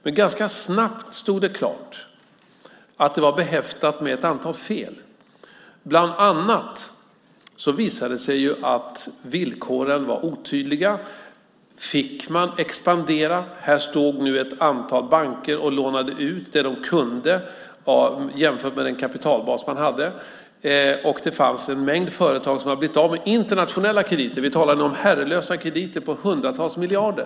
Men ganska snabbt stod det klart att det var behäftat med ett antal fel. Det visade sig bland annat att villkoren var otydliga. Fick man expandera? Här stod nu ett antal banker och lånade ut vad de kunde jämfört med den kapitalbas de hade. Det fanns en mängd företag som hade blivit av med internationella krediter. Vi talade om herrelösa krediter på hundratals miljarder.